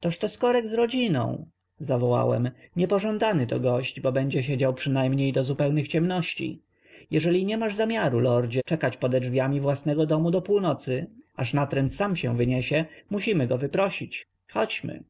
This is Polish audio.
toż to skorek z rodziną zawołałem nie pożądany to gość bo będzie siedział przynajmniej do zupełnych ciemności jeśli nie masz zamiaru lordzie czekać pode drzwiami własnego domu do północy aż natręt sam się wyniesie musimy go wyprosić chodźmy